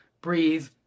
breathe